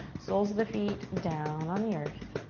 soles of the feet down on the earth.